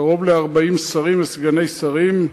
קרוב ל-40 שרים וסגני שרים.